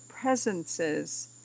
presences